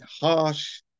harsh